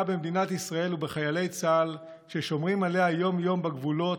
במדינת ישראל ובחיילי צה"ל ששומרים עליה יום-יום בגבולות,